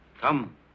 Come